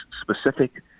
specific